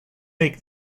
make